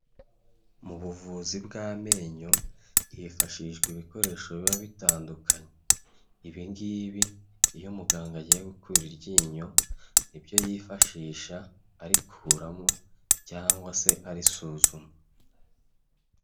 Mu buvuzi bw'amenyo hifashishwa ibikoresho biba bitandukanye, ibi ngibi iyo muganga agiye gukura iryinyo nibyo yifashisha arikuramo cyangwa se arisuzuma.